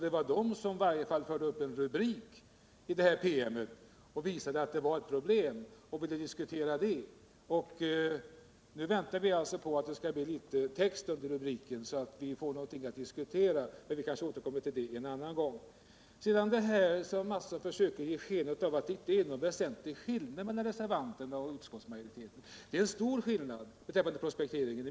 Den gamla regeringen förde i varje fall upp en rubrik i promemorian och visade att det fanns ett problem som borde diskuteras. Nu väntar vi alltså på att det skall bli litet text under rubriken så att vi får någonting att diskutera, men vi kan kanske återkomma till det en annan gång. Kjell Mattsson försöker ge sken av att det inte är någon väsentlig skillnad mellan reservanterna och utskottsmajoriteten. Det är en mycket stor skillnad beträffande prospekteringen.